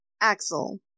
Axel